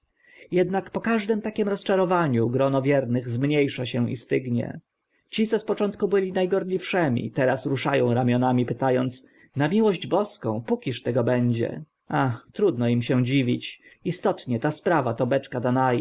jednak po każdym takim rozczarowaniu gronko wiernych zmnie sza się i stygnie ci co z początku byli na gorliwszymi teraz rusza ą ramionami pyta ąc na miłość boską pókiż tego będzie zwierciadlana zagadka ach trudno im się dziwić istotnie ta sprawa to beczka danaid